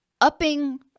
upping